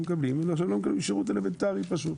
ואומרים שהם לא מקבלים שירות אלמנטרי פשוט.